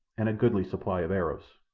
and a goodly supply of arrows.